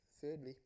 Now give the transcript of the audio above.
thirdly